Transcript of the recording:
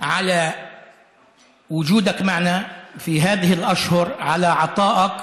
מדברים על הליכותיך